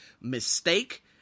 mistake